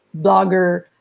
blogger